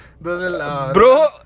Bro